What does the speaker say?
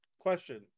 question